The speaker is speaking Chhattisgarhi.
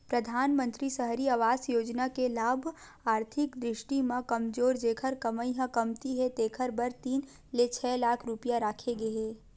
परधानमंतरी सहरी आवास योजना के लाभ आरथिक दृस्टि म कमजोर जेखर कमई ह कमती हे तेखर बर तीन ले छै लाख रूपिया राखे गे हे